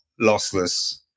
lossless